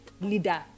leader